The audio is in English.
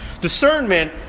Discernment